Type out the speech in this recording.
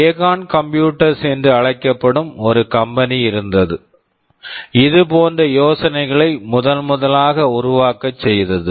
Acorn computers Acorn computers என்று அழைக்கப்படும் ஒரு கம்பெனி company இருந்தது இது போன்ற யோசனைகளை முதன்முதலாக உருவாக்க செய்தது